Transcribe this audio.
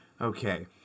Okay